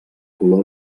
color